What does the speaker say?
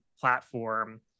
platform